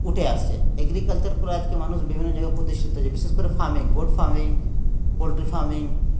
উঠে আসছে এগ্রিকালচার করে আজকে মানুষ বিভিন্ন জায়গায় প্রতিষ্ঠিত হয়েছে বিশেষ করে farming goat farming poultry farming